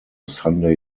sunday